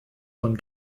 von